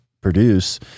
produce